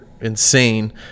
insane